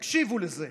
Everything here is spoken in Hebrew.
תקשיבו לזה: